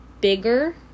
bigger